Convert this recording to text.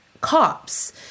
cops